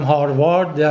Harvard